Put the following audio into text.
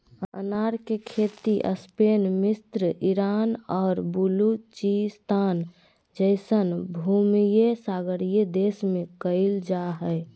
अनार के खेती स्पेन मिस्र ईरान और बलूचिस्तान जैसन भूमध्यसागरीय देश में कइल जा हइ